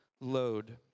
load